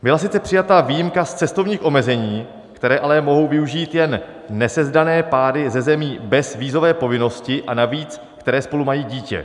Byla sice přijata výjimka z cestovních omezení, které ale mohou využít jen nesezdané páry ze zemí bez vízové povinnosti, a navíc ty, které spolu mají dítě.